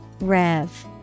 Rev